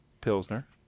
Pilsner